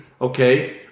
Okay